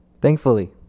thankfully